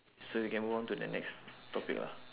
so we can move on to the next topic lah